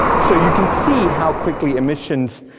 so you can see how quickly emissions,